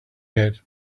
yet